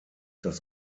das